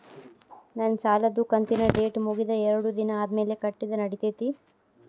ನನ್ನ ಸಾಲದು ಕಂತಿನ ಡೇಟ್ ಮುಗಿದ ಎರಡು ದಿನ ಆದ್ಮೇಲೆ ಕಟ್ಟಿದರ ನಡಿತೈತಿ?